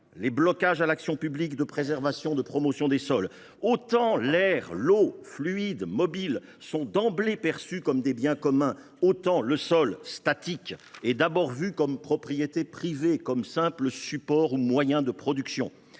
les blocages à l’action publique de préservation et de promotion des sols. Autant l’air, l’eau – fluides et mobiles – sont d’emblée perçus comme des biens communs, autant le sol statique est d’abord vu comme propriété privée, comme simple support ou moyen de production.